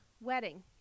wedding